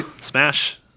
Smash